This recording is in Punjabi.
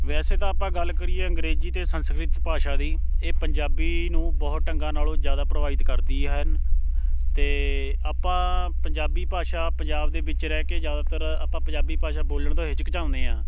ਵੈਸੇ ਤਾਂ ਆਪਾਂ ਗੱਲ ਕਰੀਏ ਅੰਗਰੇਜ਼ੀ ਅਤੇ ਸੰਸਕ੍ਰਿਤ ਭਾਸ਼ਾ ਦੀ ਇਹ ਪੰਜਾਬੀ ਨੂੰ ਬਹੁਤ ਢੰਗਾਂ ਨਾਲੋਂ ਜ਼ਿਆਦਾ ਪ੍ਰਭਾਵਿਤ ਕਰਦੀ ਹੈ ਅਤੇ ਆਪਾਂ ਪੰਜਾਬੀ ਭਾਸ਼ਾ ਪੰਜਾਬ ਦੇ ਵਿੱਚ ਰਹਿ ਕੇ ਜ਼ਿਆਦਾਤਰ ਆਪਾਂ ਪੰਜਾਬੀ ਭਾਸ਼ਾ ਬੋਲਣ ਤੋਂ ਹਿਚਕਚਾਉਂਦੇ ਹਾਂ